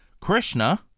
Krishna